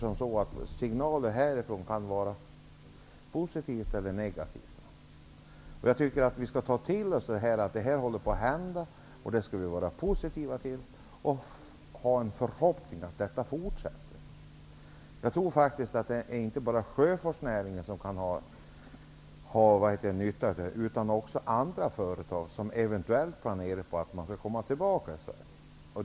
Många tycker att signaler från riksdagen kan vara positiva eller negativa. Vi skall ta till oss det som håller på att hända och vara positiva till det, och vi skall hysa förhoppningar om att utvecklingen fortsätter. Jag tror att det inte bara är sjöfartsnäringen utan också andra företag som planerar att komma tillbaka till Sverige som kan dra nytta av inflaggningen.